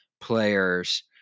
Players